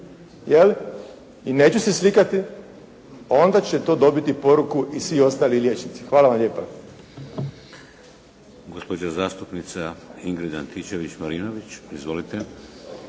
i neću se slikati, onda će to dobiti poruku i svi ostali liječnici. Hvala vam lijepa.